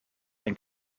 ein